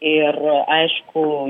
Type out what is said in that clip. ir aišku